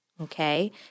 Okay